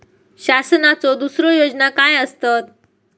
शासनाचो दुसरे योजना काय आसतत?